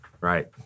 right